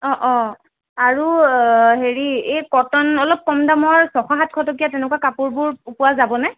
অঁ অঁ আৰু হেৰি এই কটন অলপ কম দামৰ ছয়শ সাতশ টকীয়া তেনেকুৱা কাপোৰবোৰ পোৱা যাবনে